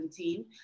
2017